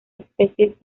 especies